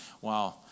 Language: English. wow